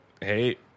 Hey